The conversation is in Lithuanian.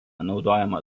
naudojama